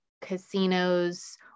casinos